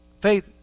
Faith